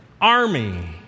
army